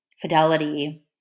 fidelity